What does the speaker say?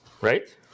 right